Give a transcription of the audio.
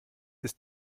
ist